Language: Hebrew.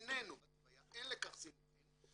אין לכך סימוכין,